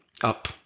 up